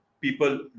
People